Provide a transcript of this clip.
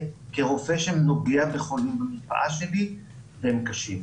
כרופא שנוגע בחולים במרפאה שלי והם קשים.